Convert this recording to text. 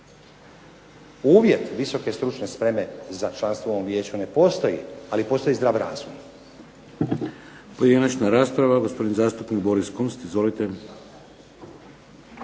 Uvjet visoke stručne spreme za članstvo u ovom vijeću ne postoji, ali postoji zdrav razum.